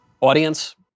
Audience